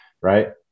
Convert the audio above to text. right